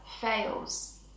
fails